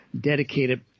dedicated